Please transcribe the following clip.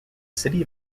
city